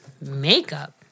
Makeup